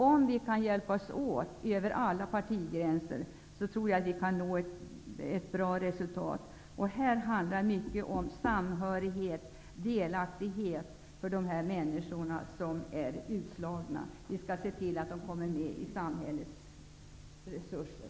Om vi kan hjälpas åt över alla partigränser tror jag att vi kan nå ett bra resultat. Det handlar mycket om samhörighet och delaktighet för de människor som är utslagna. Vi skall se till att de får del av samhällets resurser.